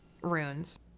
runes